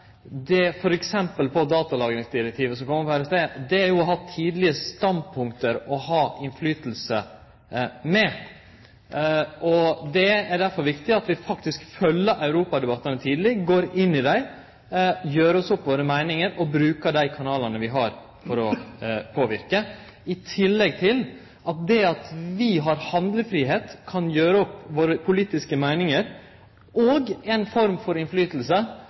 ha tidlege standpunkt. Det er derfor viktig at vi faktisk følgjer europadebattane tidleg, går inn i dei, gjer oss opp våre meiningar og brukar dei kanalane vi har for å påverke. I tillegg til det har vi handlefridom og kan gjere oss opp våre politiske meiningar og ha ei form for innflytelse